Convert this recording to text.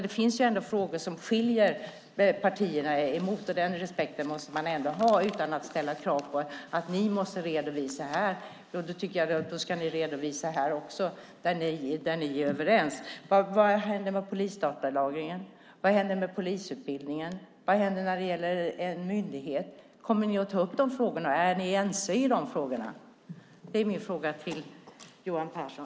Det finns frågor som skiljer partierna åt, och den respekten måste man visa utan att ställa krav på att vi ska redovisa det här. I så fall tycker jag att ni också ska redovisa det som ni är överens om. Vad händer med polisdatalagringen? Vad händer med polisutbildningen? Vad händer med frågan om en myndighet? Kommer ni att ta upp de frågorna? Är ni ense i de frågorna? Det vill jag fråga Johan Pehrson.